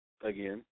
again